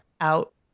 out